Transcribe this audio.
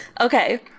Okay